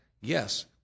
yes